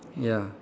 ya